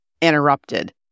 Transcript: interrupted